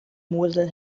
mosel